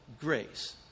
grace